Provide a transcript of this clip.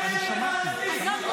שמעתי.